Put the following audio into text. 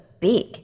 big